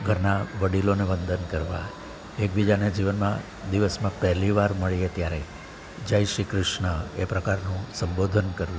ઘરના વડીલોને વંદન કરવા એકબીજાને જીવનમાં દિવસમાં પહેલી વાર મળીએ ત્યારે જય શ્રી ક્રિશ્ન એ પ્રકારનું સંબોધન કરવું